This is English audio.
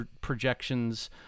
projections